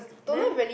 then